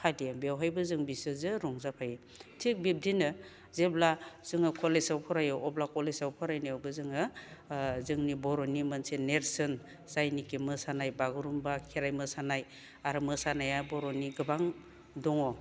फालियो बेवहायबो जों बिसोरजों रंजाफायो थिग बिब्दिनो जेब्ला जोङो कलेजआव फरायो अब्ला कलेजआव फरायनायावबो जोङो जोंनि बर'नि मोनसे नेरसोन जायनोखि मोसानाय बागुरुमबा खेराइ मोसानाय आरो मोसानाया बर'नि गोबां दङ